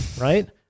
right